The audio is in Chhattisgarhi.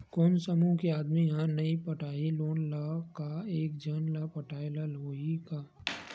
कोन समूह के आदमी हा नई पटाही लोन ला का एक झन ला पटाय ला होही का?